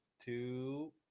two